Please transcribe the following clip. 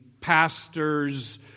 pastors